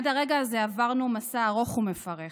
עד הרגע הזה עברנו מסע ארוך ומפרך.